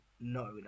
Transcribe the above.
no